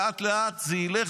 באמת -- זה לא ייאמן,